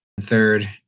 Third